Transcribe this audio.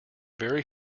very